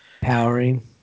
Powering